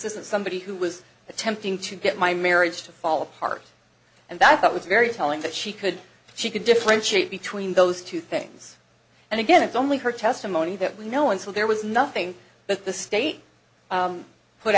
isn't somebody who was attempting to get my marriage to fall apart and that i thought was very telling that she could she could differentiate between those two things and again it's only her testimony that we know and so there was nothing but the state put out